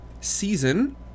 season